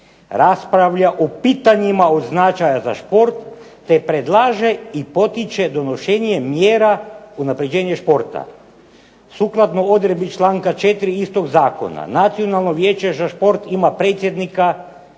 raspravlja o pitanjima od značaja za šport te predlaže i potiče donošenje mjera unapređenja športa. Sukladno odredbi članka 4. istoga zakona Nacionalno vijeće za šport za šport ima predsjednika